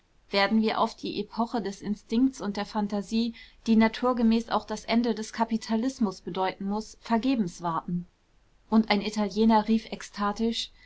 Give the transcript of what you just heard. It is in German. werden wir auf die epoche des instinkts und der phantasie die naturgemäß auch das ende des kapitalismus bedeuten muß vergebens warten und ein italiener rief ekstatisch